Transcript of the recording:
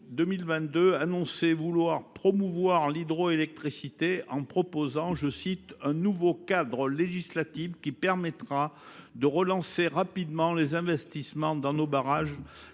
a annoncé vouloir promouvoir l’hydroélectricité en proposant « un nouveau cadre législatif qui permettra de relancer rapidement les investissements dans nos barrages